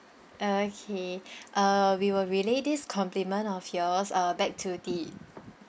okay uh we will relay this compliment of yours uh back to the